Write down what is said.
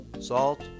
salt